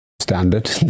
Standard